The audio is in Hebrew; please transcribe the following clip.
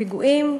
פיגועים,